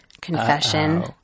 confession